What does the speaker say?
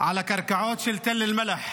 על הקרקעות של תל אל-מלח,